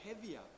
heavier